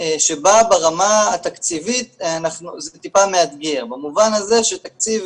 שבה ברמה התקציבית טיפה מאתגר במובן הזה שתקציב